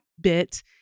bit